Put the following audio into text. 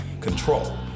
control